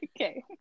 Okay